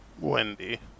Wendy